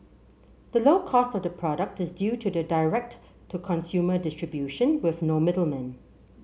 the low cost of the product is due to the direct to consumer distribution with no middlemen